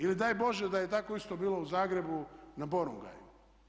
Ili daj Bože da je tako isto bilo u Zagrebu na Borongaju.